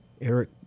Eric